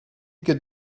got